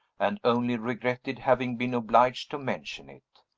and only regretted having been obliged to mention it.